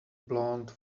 blonde